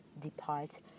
depart